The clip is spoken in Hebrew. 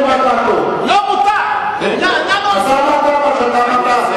אתה אמרת מה שאתה אמרת.